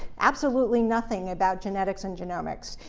absolutely nothing about genetics and genomics.